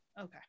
Okay